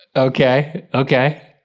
okay, okay.